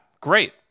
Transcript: great